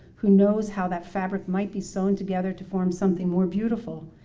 who knows how that fabric might be sewn together to form something more beautiful,